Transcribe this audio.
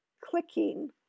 clicking